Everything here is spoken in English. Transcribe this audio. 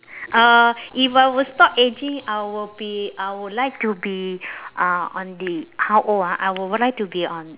uh if I were stop aging I will be I would like to be uh on the how old ah I would like to be on